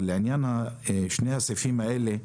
אבל לעניין שני הסעיפים האלה,